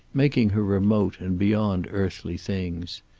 making her remote and beyond earthly things.